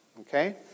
Okay